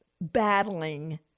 battling